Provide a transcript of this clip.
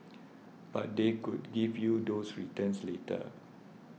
but they could give you those returns later